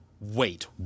Wait